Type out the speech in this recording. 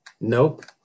Nope